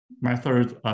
methods